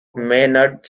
maynard